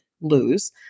lose